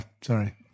sorry